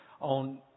on